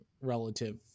relative